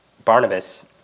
Barnabas